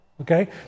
okay